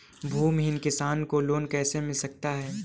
भूमिहीन किसान को लोन कैसे मिल सकता है?